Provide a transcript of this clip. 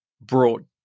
brought